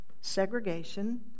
segregation